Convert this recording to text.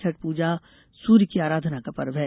छठ पूजा सूर्य की आराधना का पर्व है